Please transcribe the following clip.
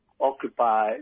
occupy